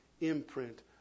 imprint